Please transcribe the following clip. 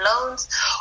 loans